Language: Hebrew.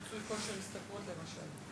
מיצוי כושר ההשתכרות, למשל.